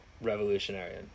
revolutionary